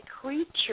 creature